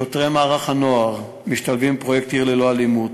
שוטרי מערך הנוער משתלבים בפרויקט "עיר ללא אלימות".